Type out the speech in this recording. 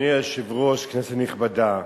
אדוני היושב-ראש, כנסת נכבדה,